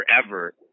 forever